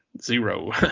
zero